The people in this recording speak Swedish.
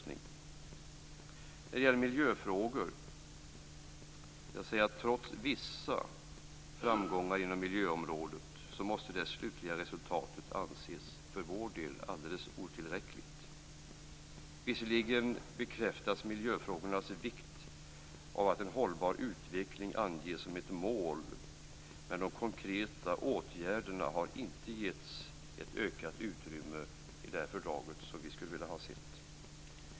När det gäller miljöfrågor vill jag säga att det slutliga resultatet måste anses alldeles otillräckligt för vår del, trots vissa framgångar inom miljöområdet. Visserligen bekräftas miljöfrågornas vikt av att en hållbar utveckling anges som ett mål, men de konkreta åtgärderna har inte givits ett ökat utrymme i fördraget, som vi skulle vilja ha sett.